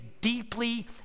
deeply